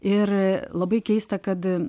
ir labai keista kad